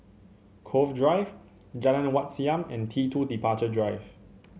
Cove Drive Jalan Wat Siam and T two Departure Drive